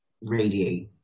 radiate